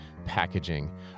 packaging